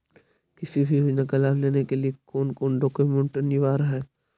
किसी भी योजना का लाभ लेने के लिए कोन कोन डॉक्यूमेंट अनिवार्य है?